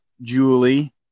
julie